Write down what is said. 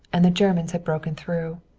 and the germans had broken through.